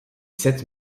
sept